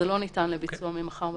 זה לא ניתן לביצוע ממחר בבוקר.